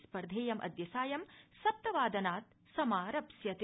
स्पर्धेयम् अद्य सायं सप्तवादनात् समारप्स्यते